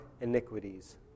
iniquities